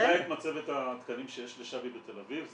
זה מצבת התקנים שיש לשבי בתל אביב.